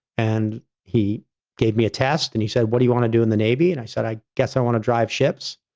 and he gave me a test, and he said, what do you want to do in the navy? and i said, i guess i want to drive ships.